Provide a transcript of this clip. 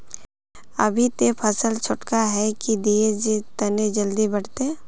अभी ते फसल छोटका है की दिये जे तने जल्दी बढ़ते?